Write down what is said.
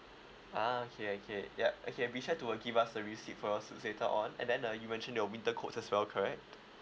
ah okay okay yup okay beside to uh give us the receipt for us to later on and then uh you mentioned your winter coats as well correct